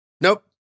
Nope